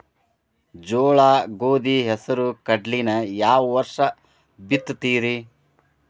ಜೋಳ, ಗೋಧಿ, ಹೆಸರು, ಕಡ್ಲಿನ ಯಾವ ವರ್ಷ ಬಿತ್ತತಿರಿ?